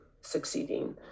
succeeding